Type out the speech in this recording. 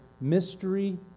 mystery